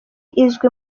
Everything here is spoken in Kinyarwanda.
izwi